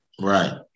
Right